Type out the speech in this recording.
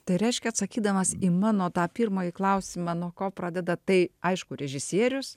tai reiškia atsakydamas į mano tą pirmąjį klausimą nuo ko pradedat tai aišku režisierius